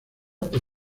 por